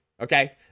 okay